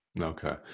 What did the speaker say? Okay